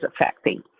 affecting